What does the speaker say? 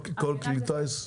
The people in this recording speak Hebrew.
כל כלי טיס?